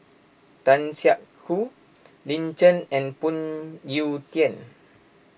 Tan Siak Kew Lin Chen and Phoon Yew Tien